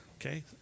Okay